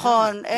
נכון,